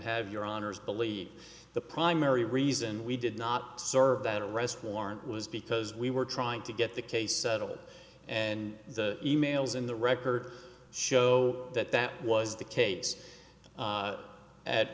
have your honour's believe the primary reason we did not serve that arrest warrant was because we were trying to get the case settled and the emails in the record show that that was the case